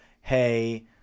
hey